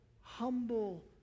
humble